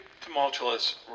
tumultuous